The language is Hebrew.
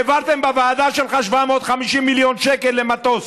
העברתם בוועדה שלך 750 מיליון שקל למטוס.